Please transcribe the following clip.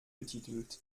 betitelt